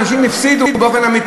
אנשים הפסידו באמת.